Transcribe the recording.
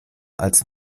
als